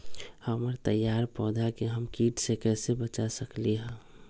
हमर तैयार पौधा के हम किट से कैसे बचा सकलि ह?